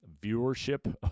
viewership